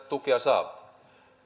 tukea saavat